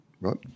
right